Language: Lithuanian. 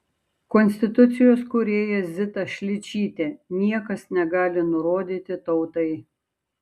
konstitucijos kūrėja zita šličytė niekas negali nurodyti tautai